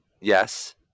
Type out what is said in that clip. Yes